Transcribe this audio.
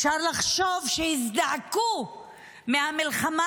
אפשר לחשוב שהזדעקו מהמלחמה